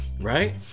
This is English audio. right